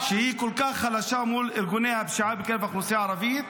שהיא כל כך חלשה מול ארגוני הפשיעה בקרב האוכלוסייה הערבית?